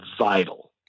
vital